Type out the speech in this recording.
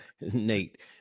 Nate